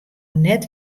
net